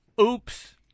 oops